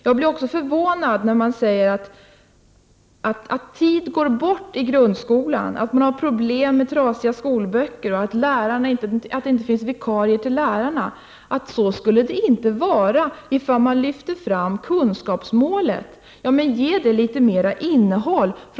Jag blir förvånad när man säger att tid går förlorad i grundskolan, att det är problem med trasiga skolböcker, att det inte finns vikarier för lärare men att det inte skulle var så om vi lyfte fram kunskapsmålet. Men ge det litet mera innehåll!